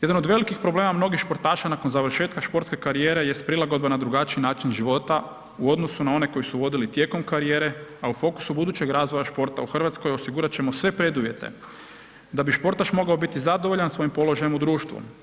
Jedan od velikih problema mnogih športaša nakon završetka športske karijere jest prilagodba na drugačiji način života u odnosu na one koji su vodili tijekom karijere, a u fokusu budućeg razvoja športa u Hrvatskoj osigurat ćemo sve preduvjete da bi športaš mogao biti zadovoljan svojim položajem u društvu.